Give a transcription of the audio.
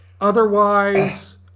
Otherwise